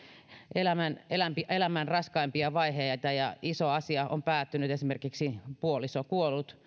elämän raskaimpia vaiheita ja iso asia on päättynyt esimerkiksi puoliso kuollut